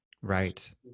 Right